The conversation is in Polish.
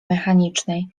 mechanicznej